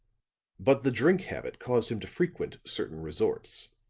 but the drink habit caused him to frequent certain resorts,